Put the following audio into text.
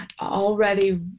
already